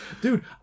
Dude